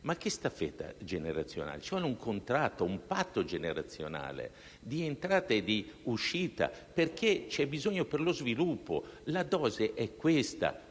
Ma quale staffetta generazionale? Ci vuole un contratto, un patto generazionale di entrata e di uscita, ce n'è bisogno per lo sviluppo. La dose è questa: